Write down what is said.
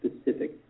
specific